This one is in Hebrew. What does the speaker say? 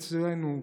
אצלנו.